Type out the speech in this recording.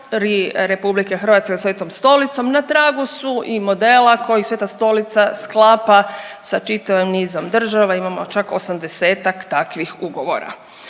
Republike Hrvatske sa Svetom Stolicom na tragu su i modela koji Sveta Stolica sklapa sa čitavim nizom država. Imamo čak 80-tak takvih ugovora.